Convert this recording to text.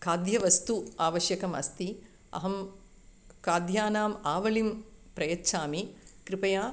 खाद्यवस्तु आवश्यकमस्ति अहं खाद्यानाम् आवलिं प्रयच्छामि कृपया